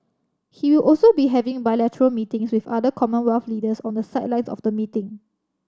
he will also be having bilateral meetings with other Commonwealth leaders on the sidelines of the meeting